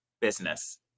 business